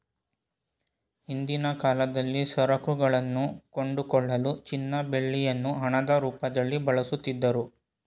ಹಿಂದಿನ ಕಾಲದಲ್ಲಿ ಸರಕುಗಳನ್ನು ಕೊಂಡುಕೊಳ್ಳಲು ಚಿನ್ನ ಬೆಳ್ಳಿಯನ್ನು ಹಣದ ರೂಪದಲ್ಲಿ ಬಳಸುತ್ತಿದ್ದರು